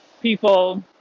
people